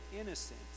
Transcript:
innocent